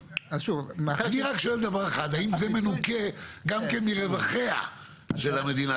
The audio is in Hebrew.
אני רק שואל דבר אחד: האם זה מנוכה גם מרווחיה של המדינה,